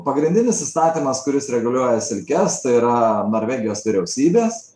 pagrindinis įstatymas kuris reguliuoja silkes tai yra norvegijos vyriausybės